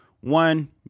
one